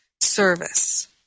service